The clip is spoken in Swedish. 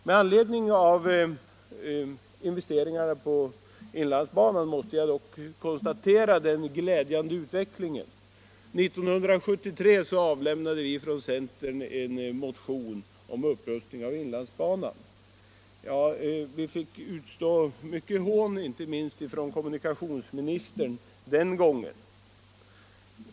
Med anledning av investeringarna på inlandsbanan måste jag dock konstatera den glädjande utvecklingen. År 1973 avlämnade vi från centern en motion om upprustning av inlandsbanan. Vi fick utstå mycket hån den gången, inte minst från kommunikationsministern.